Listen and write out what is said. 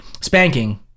spanking